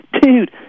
Dude